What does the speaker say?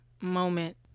moment